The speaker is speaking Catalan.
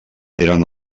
eren